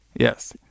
Yes